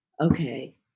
okay